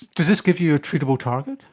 does this give you a treatable target?